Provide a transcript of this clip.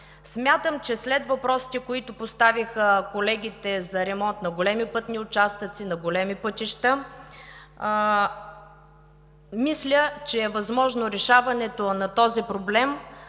Смятам, че след въпросите, които поставиха колегите за ремонт на големи пътни участъци и на големи пътища, е възможно решаването на този проблем,